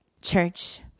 Church